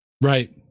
Right